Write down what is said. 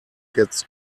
gets